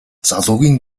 залуугийн